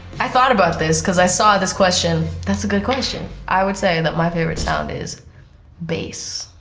i thought about this, cause i saw this question. that's a good question. i would say that my favorite sound is bass.